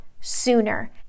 sooner